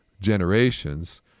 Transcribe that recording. generations